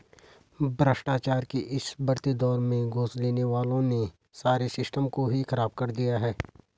भ्रष्टाचार के इस बढ़ते दौर में घूस लेने वालों ने सारे सिस्टम को ही खराब कर दिया है